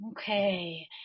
Okay